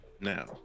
now